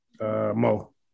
Mo